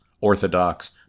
Orthodox